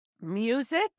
music